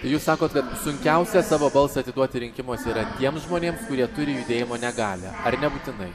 jūs sakot kad sunkiausia savo balsą atiduoti rinkimuose yra tiems žmonėms kurie turi judėjimo negalią ar nebūtinai